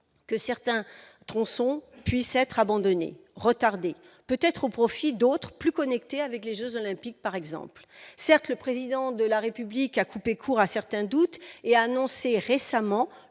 de certains tronçons puisse être abandonnée ou retardée, peut-être au profit d'autres, plus en lien avec les jeux Olympiques, par exemple. Certes, le Président de la République a coupé court à certains doutes, en annonçant récemment